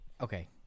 Okay